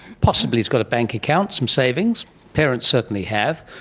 possibly he's got a bank account, some savings, parents certainly have.